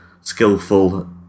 skillful